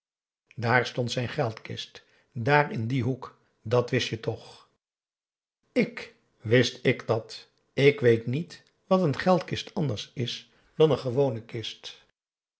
daar stond zijn geldkist daar in dien hoek dat wist je toch ik wist ik dat ik weet niet wat een geldkist anders is dan een gewone kist